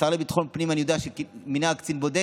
השר לביטחון פנים, אני יודע שהוא מינה קצין בודק.